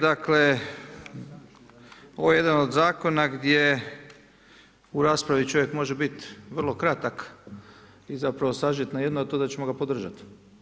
Dakle, ovo je jedan od zakona gdje u raspravi čovjek može biti vrlo kratak i zapravo sažet na to da ćemo ga podržati.